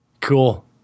Cool